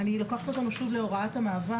אני לוקחת אותנו שוב להוראת המעבר.